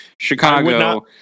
Chicago